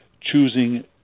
choosing